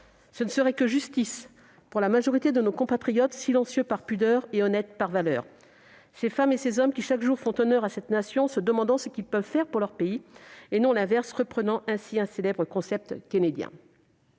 Ce ne serait que justice, pour la majorité de nos compatriotes, silencieux par pudeur et honnêtes par valeur, ces femmes et ces hommes qui, chaque jour, font honneur à cette nation en se demandant ce qu'ils peuvent faire pour leur pays, et non l'inverse, conformément à la célèbre maxime du président